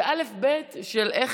זה אלף-בית של איך,